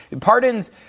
pardons